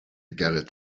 gerrit